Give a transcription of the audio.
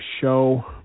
show